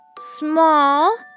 Small